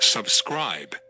Subscribe